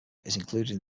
included